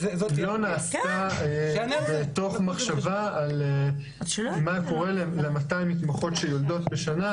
היא לא נעשתה בתוך מחשבה על מה קורה ל-200 מתמחות שיולדות בשנה,